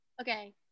okay